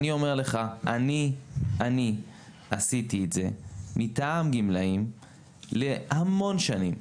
אני אומר לך שאני עצמי עשיתי את זה מטעם גמלאים להמון שנים,